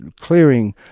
clearing